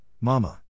mama